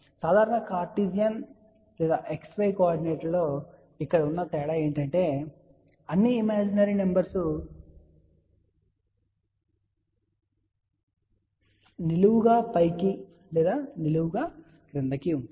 సాధారణ కార్టిసియన్ లేదా x y కోఆర్డినేట్లలో ఇక్కడ ఉన్న తేడా ఏమిటంటే అన్ని ఇమాజినరీ నంబర్స్ నిలువుగా పైకి లేదా నిలువుగా క్రిందికి ఉంటాయి